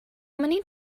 many